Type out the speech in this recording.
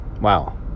Wow